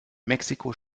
mexiko